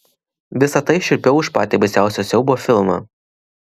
visa tai šiurpiau už patį baisiausią siaubo filmą